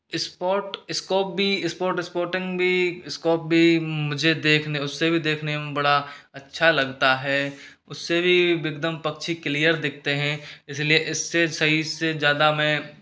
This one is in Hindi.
स्पॉट स्कोप भी स्पॉट स्पॉटिंग भी स्कोप भी मुझे देखने उससे भी देखने में बड़ा अच्छा लगता है उससे भी एकदम पक्षी क्लियर दिखते हैं इसीलिए इससे सही से ज़्यादा मैं